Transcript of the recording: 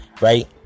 right